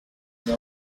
jomo